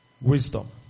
wisdom